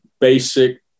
basic